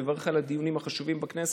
מברך על הדיונים החשובים בכנסת,